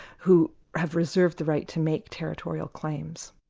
who have reserved the right to make territorial claims.